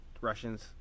Russians